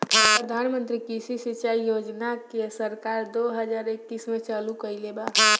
प्रधानमंत्री कृषि सिंचाई योजना के सरकार दो हज़ार इक्कीस में चालु कईले बा